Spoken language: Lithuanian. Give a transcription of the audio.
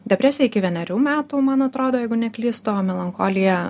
depresija iki vienerių metų man atrodo jeigu neklystu o melancholija